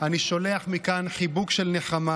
אני שולח מכאן חיבוק של נחמה.